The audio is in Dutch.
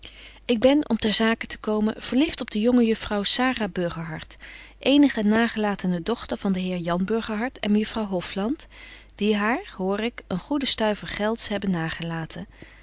ik ben om ter zaak te komen verlieft op de jonge juffrouw sara burgerhart eenige nagelatene dochter van den heer jan burgerhart en mejuffrouw hofland die haar hoor ik een goeden stuiver gelds hebben nagelaten